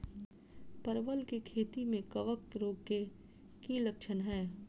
परवल केँ खेती मे कवक रोग केँ की लक्षण हाय?